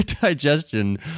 digestion